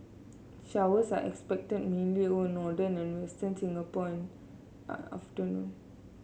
showers are expected mainly over northern and western Singapore in the afternoon